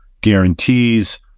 guarantees